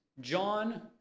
John